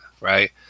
right